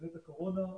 קבינט הקורונה,